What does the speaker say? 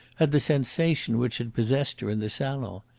had the sensation which had possessed her in the salon.